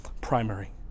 primary